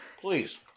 please